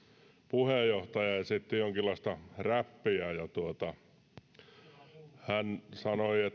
puheenjohtaja esitti jonkinlaista räppiä ja hän sanoi